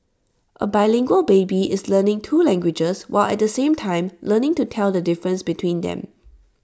A bilingual baby is learning two languages while at the same time learning to tell the difference between them